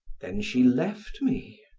then she left me.